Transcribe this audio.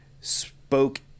spoke